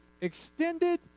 extended